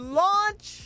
launch